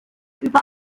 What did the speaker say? über